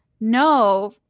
no